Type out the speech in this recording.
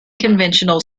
conventional